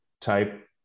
type